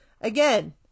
Again